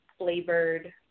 flavored